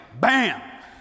bam